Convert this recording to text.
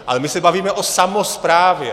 Ale my se bavíme o samosprávě.